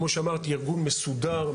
כמו שאמרתי ארגון מסודר,